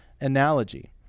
analogy